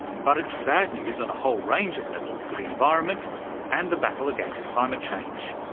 but it's bad news on a whole range of levels for the environment and the battle against climate change,